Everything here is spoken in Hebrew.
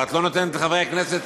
אבל את לא נותנת לחברי הכנסת